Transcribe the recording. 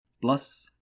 plus